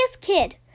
kid